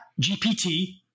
GPT